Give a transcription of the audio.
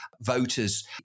voters